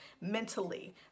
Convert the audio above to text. mentally